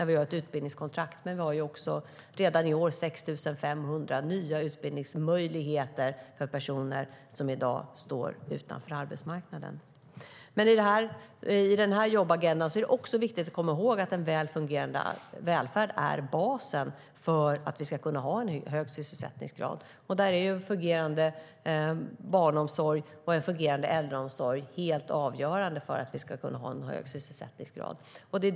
Vi har ett utbildningskontrakt, men vi har redan i år 6 500 nya utbildningsmöjligheter för personer som i dag står utanför arbetsmarknaden. I den här jobbagendan är det också viktigt att komma ihåg att en väl fungerande välfärd är basen för en hög sysselsättningsgrad. En fungerande barnomsorg och en fungerande äldreomsorg är helt avgörande för en hög sysselsättningsgrad.